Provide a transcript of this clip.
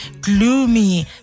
gloomy